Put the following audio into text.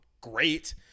great